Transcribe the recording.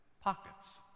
pockets